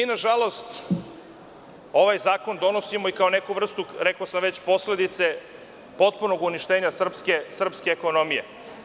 Mi nažalost ovaj zakon donosimo, rekao sam kao posledica potpunog uništenja srpske ekonomije.